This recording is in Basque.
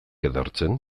edertzen